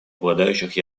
обладающих